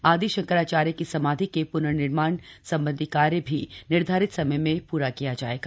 आदिशंकराचार्य की समाधि के प्नर्निमाण सबंधी कार्य भी निर्धारित समय में पूरा किया जाएगा